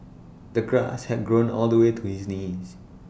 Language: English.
the grass had grown all the way to his knees